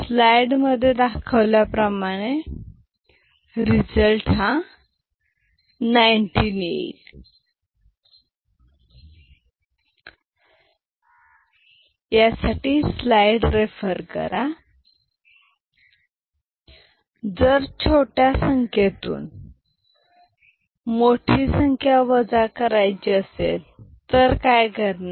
स्लाइडमध्ये दाखवल्याप्रमाणे रिझल्ट 19 येईल जर छोट्या संख्येतून मोठी संख्या वजा करायची असेल तर काय करणार